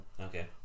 Okay